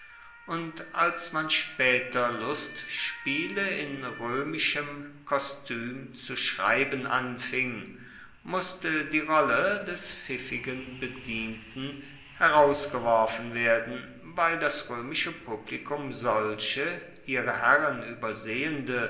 und als man spaeter lustspiele in roemischem kostuem zu schreiben anfing musste die rolle des pfiffigen bedienten herausgeworfen werden weil das roemische publikum solche ihre herren uebersehende